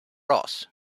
ross